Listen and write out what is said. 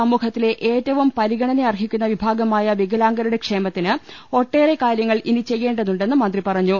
സമൂഹ ത്തിലെ ഏറ്റവും പരിഗണനയർഹിക്കുന്ന വിഭാഗമായ വികലാംഗ രുടെ ക്ഷേമത്തിന് ഒട്ടേറെ കാര്യങ്ങൽ ഇനി ചെയ്യേണ്ടതുണ്ടെന്ന് മന്ത്രി പറഞ്ഞു